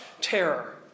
terror